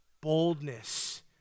boldness